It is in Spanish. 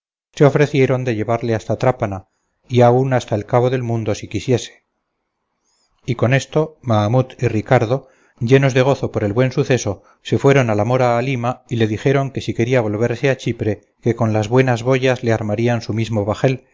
se ofrecieron de llevarle hasta trápana y aun hasta el cabo del mundo si quisiese y con esto mahamut y ricardo llenos de gozo por el buen suceso se fueron a la mora halima y le dijeron que si quería volverse a chipre que con las buenas boyas le armarían su mismo bajel